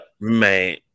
Man